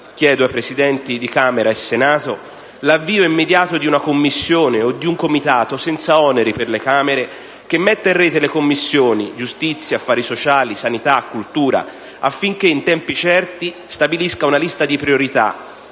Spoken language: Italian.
chiedo ai Presidenti di Camera e Senato l'avvio immediato di una Commissione o di un Comitato (senza oneri per le Camere) che metta in rete le Commissioni giustizia, affari sociali, sanità, cultura, affinché in tempi certi stabilisca una lista di priorità,